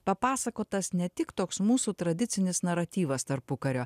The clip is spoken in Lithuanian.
papasakotas ne tik toks mūsų tradicinis naratyvas tarpukario